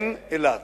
אין אילת.